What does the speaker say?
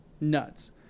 nuts